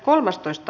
asia